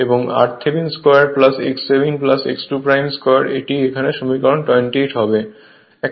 এবং r Thevenin 2 x Thevenin x 2 2 এটি সমীকরণ 28 হবে